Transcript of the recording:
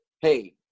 hey